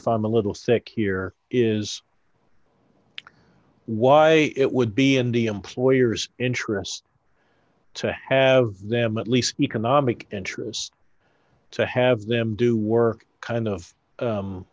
i'm a little sick here is why it would be in the employer's interest to have them at least economic interests to have them do work kind of